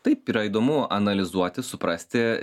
taip yra įdomu analizuoti suprasti